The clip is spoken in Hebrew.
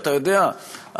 אתה יודע,